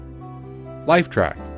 Lifetrack